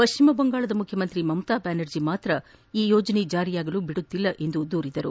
ಪಶ್ಲಿಮ ಬಂಗಾಳದ ಮುಖ್ಯಮಂತ್ರಿ ಮಮತಾ ಬ್ಯಾನರ್ಜಿ ಮಾತ್ರ ಯೋಜನೆ ಜಾರಿಯಾಗಲು ಬಿಡುತ್ತಿಲ್ಲ ಎಂದು ದೂರಿದರು